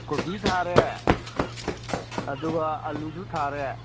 ꯀꯣꯕꯤ ꯊꯥꯔꯦ ꯑꯗꯨꯒ ꯑꯥꯜꯂꯨꯁꯨ ꯊꯥꯔꯦ